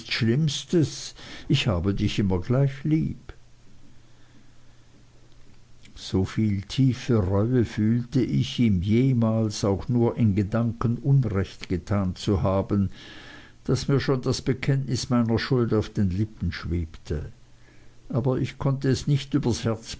schlimmstes ich habe dich immer gleich lieb soviel tiefe reue fühlte ich ihm jemals auch nur in gedanken unrecht getan zu haben daß mir schon das bekenntnis meiner schuld auf den lippen schwebte aber ich konnte es nicht über das herz